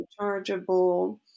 rechargeable